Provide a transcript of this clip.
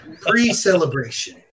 Pre-celebration